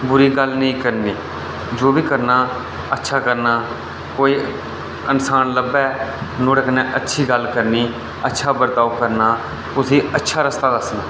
बुरी गल्ल नेईं करनी जो बी करना अच्छा करना कोई इन्सान लब्भे नुहाड़े कन्नै अच्छी गल्ल करनी अच्छा बर्ताव करना उसी अच्छा रस्ता दस्सना